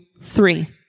three